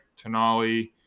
Tenali